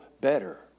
better